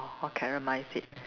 orh caramelise it